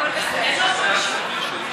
הכול בסדר.